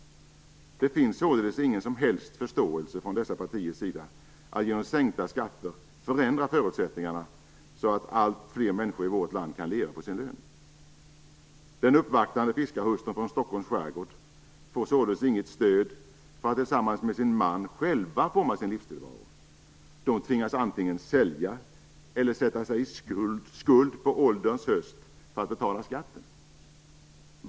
Det finns således ingen som helst förståelse från dessa partiers sida att genom sänkta skatter förändra förutsättningar så att allt fler människor i vårt land kan leva på sin lön. Den uppvaktande fiskarhustrun från Stockholms skärgård får således inget stöd för att tillsammans med sin man själv forma sin livstillvaro. De tvingas antingen sälja eller sätta sig i skuld på ålderns höst för att betala skatten.